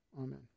Amen